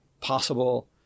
possible